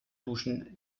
duschen